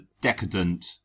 decadent